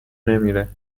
نمیره